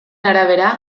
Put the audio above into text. arabera